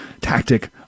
tactic